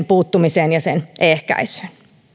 puuttumiseen ja sen ehkäisyyn